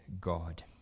God